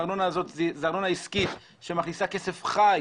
הארנונה הזאת היא ארנונה עסקית שמכניסה כסף חי,